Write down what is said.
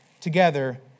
together